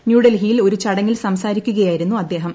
ന്യൂഡൽഹിയിൽ ഒരു ചടങ്ങിൽ സംസാരിക്കുകയായിരുന്നു അദ്ദേഹം